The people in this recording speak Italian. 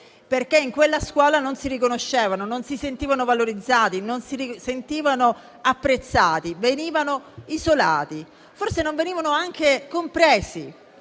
perché in quella scuola non si riconoscevano, non si sentivano valorizzati, e apprezzati e venivano isolati, forse neanche compresi.